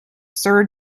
sir